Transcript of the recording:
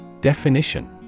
Definition